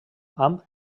amb